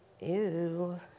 Ew